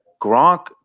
Gronk